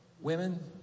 Women